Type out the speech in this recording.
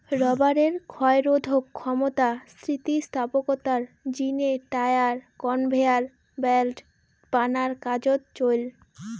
রবারের ক্ষয়রোধক ক্ষমতা, স্থিতিস্থাপকতার জিনে টায়ার, কনভেয়ার ব্যাল্ট বানার কাজোত চইল